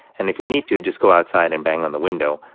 and if you need to, just go outside and bang on the window.